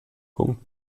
punkt